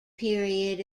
period